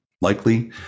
likely